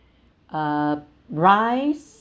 uh rice